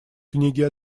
книги